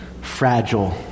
fragile